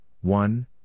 One